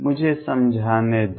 मुझे समझाने दो